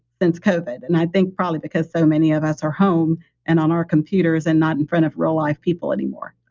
since covid. and i think probably because so many of us are home and on our computers and not in front of real-life people anymore.